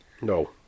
No